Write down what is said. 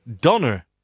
Donner